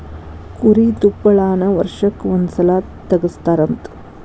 ಕುರಿ ತುಪ್ಪಳಾನ ವರ್ಷಕ್ಕ ಒಂದ ಸಲಾ ತಗಸತಾರಂತ